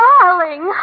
Darling